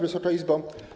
Wysoka Izbo!